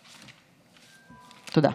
תודה.